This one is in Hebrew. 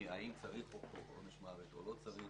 האם צריך חוק עונש מוות או לא צריך,